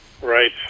Right